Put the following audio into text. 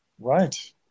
Right